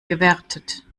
gewertet